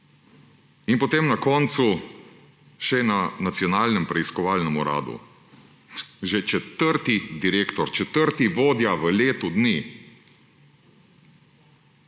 In potem na koncu še na Nacionalnem preiskovalnem uradu, že četrti direktor, četrti vodja v letu dni.